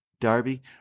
Darby